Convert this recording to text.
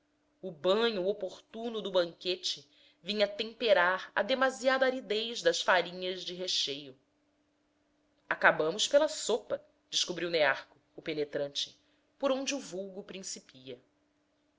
o banho oportuno do banquete vinha temperar a demasiada aridez das farinhas de recheio acabamos pela sopa descobriu nearco o penetrante por onde o vulgo principia